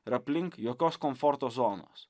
ir aplink jokios komforto zonos